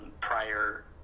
prior